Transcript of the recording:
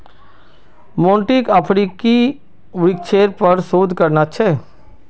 मोंटीक अफ्रीकी वृक्षेर पर शोध करना छ